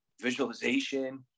visualization